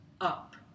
up